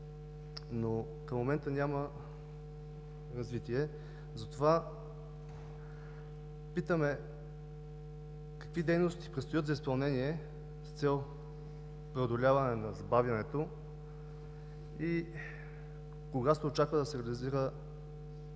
но към момента няма развитие. Затова питаме какви дейности предстоят за изпълнение с цел преодоляване на забавянето и кога се очаква да се реализира